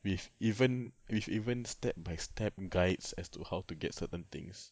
with even with even step by step guides as to how to get certain things